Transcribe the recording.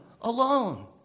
alone